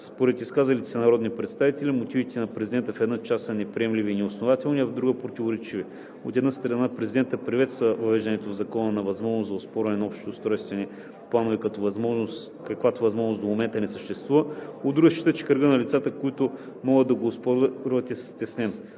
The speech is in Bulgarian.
Според изказалите се народни представители мотивите на президента в една част са неприемливи и неоснователни, а в друга – противоречиви. От една страна, президентът приветства въвеждането в Закона на възможността за оспорване на общите устройствени планове, каквато възможност до момента не съществува, от друга счита, че кръгът на лицата, които могат да ги оспорват, е стеснен.